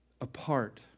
apart